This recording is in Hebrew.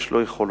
שיש לו יכולות.